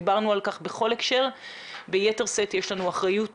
דיברנו על כך בכל הקשר וביתר שאת יש לנו אחריות